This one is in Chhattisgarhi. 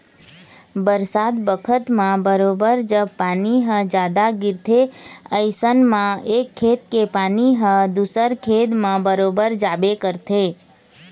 बरसात बखत म बरोबर जब पानी ह जादा गिरथे अइसन म एक खेत के पानी ह दूसर खेत म बरोबर जाबे करथे